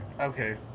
Okay